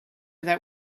that